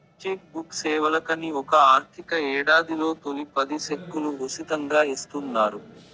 check book సేవలకని ఒక ఆర్థిక యేడాదిలో తొలి పది సెక్కులు ఉసితంగా ఇస్తున్నారు